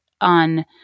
on